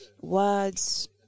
words